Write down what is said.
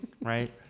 Right